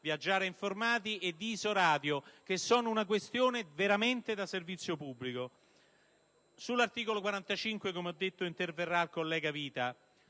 CCISS-Viaggiare informati e di Isoradio, che fanno veramente un servizio pubblico. Sull'articolo 45, come ho detto, interverrà il collega Vita.